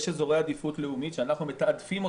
יש אזורי עדיפות לאומית שאני מתעדפת?